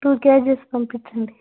two kgs పంపించండి